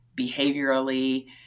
behaviorally